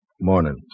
Morning